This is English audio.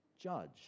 judge